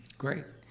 great.